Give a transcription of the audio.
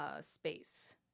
space